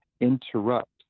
interrupt